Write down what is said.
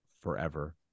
forever